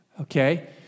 Okay